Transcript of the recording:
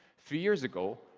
few years ago,